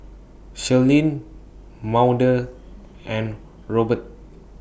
Shirleen Maude and Rober